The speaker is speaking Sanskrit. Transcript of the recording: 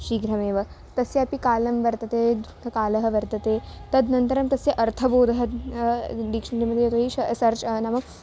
शीघ्रमेव तस्यापि कालं वर्तते द्रुतकालः वर्तते तद्नन्तरं तस्य अर्थबोधः डिक्श्नरि मध्ये यतो हि श सर्च् नाम